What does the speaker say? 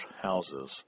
houses